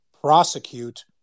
prosecute